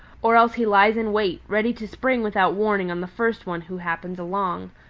or else he lies in wait, ready to spring without warning on the first one who happens along.